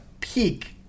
peak